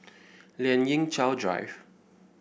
Lien Ying Chow Drive